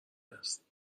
هست